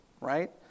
right